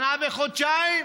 שנה וחודשיים.